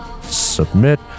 Submit